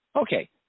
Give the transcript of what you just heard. Okay